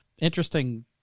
Interesting